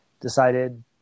decided